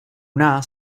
nás